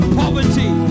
poverty